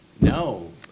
No